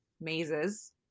mazes